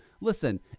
listen